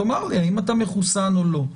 תאמר לי האם אתה מחוסן או לא.